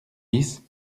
dix